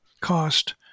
cost